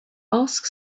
ask